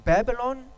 Babylon